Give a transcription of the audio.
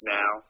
now